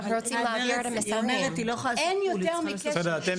אנחנו רוצים להגיע --- אין יותר מקשר